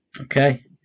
Okay